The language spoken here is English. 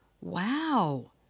Wow